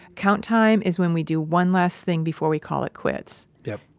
count time is when we do one last thing before we call it quits. yep.